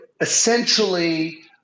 essentially